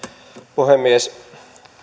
puhemies